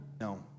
No